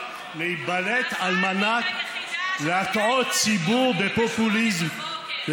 להתבלט על מנת להטעות ציבור בפופוליזם,